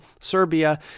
serbia